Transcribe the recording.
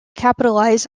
capitalize